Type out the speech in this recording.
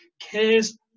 cares